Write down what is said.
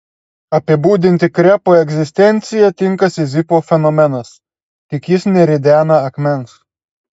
apibūdinti krepo egzistenciją tinka sizifo fenomenas tik jis neridena akmens